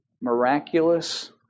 miraculous